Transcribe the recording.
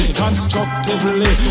constructively